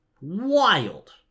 Wild